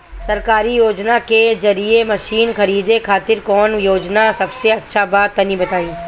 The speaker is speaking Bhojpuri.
सरकारी योजना के जरिए मशीन खरीदे खातिर कौन योजना सबसे अच्छा बा तनि बताई?